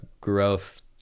growth